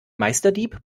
meisterdieb